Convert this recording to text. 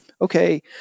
okay